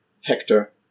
Hector